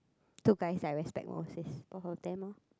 two guys I respect most is both of them lor